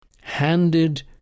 handed